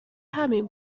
همین